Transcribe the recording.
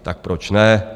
Tak proč ne?